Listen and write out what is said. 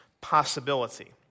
possibility